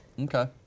Okay